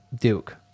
Duke